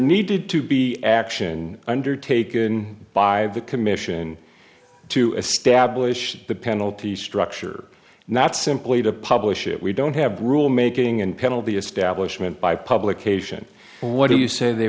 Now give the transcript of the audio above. needed to be action undertaken by the commission to establish the penalty structure not simply to publish it we don't have rulemaking and pennell the establishment by publication what do you say they